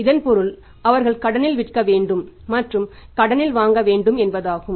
இதன் பொருள் அவர்கள் கடனில் விற்க வேண்டும் மற்றும் கடனில் வாங்க வேண்டும் என்பதாகும்